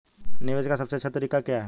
निवेश का सबसे अच्छा तरीका क्या है?